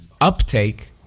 uptake